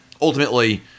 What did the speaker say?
ultimately